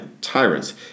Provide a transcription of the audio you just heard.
tyrants